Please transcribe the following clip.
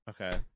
Okay